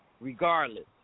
regardless